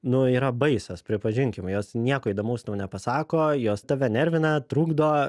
nu yra baisios pripažinkim jos nieko įdomaus tau nepasako jos tave nervina trukdo